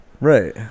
right